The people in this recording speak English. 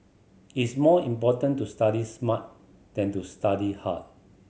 it's more important to study smart than to study hard